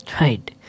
right